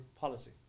policy